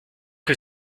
que